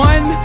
One